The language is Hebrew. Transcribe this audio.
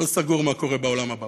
אני לא סגור לגבי מה קורה בעולם הבא,